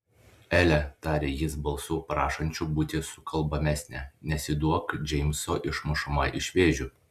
ele tarė jis balsu prašančiu būti sukalbamesnę nesiduok džeimso išmušama iš vėžių